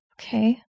okay